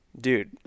dude